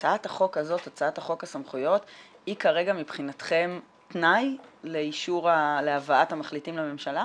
הצעת חוק הסמכויות היא כרגע מבחינתכם תנאי להבאת המחליטים לממשלה?